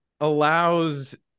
allows